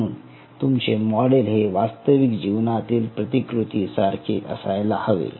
म्हणून तुमचे मॉडेल हे वास्तविक जीवनातील प्रतिकृती सारखे असायला हवे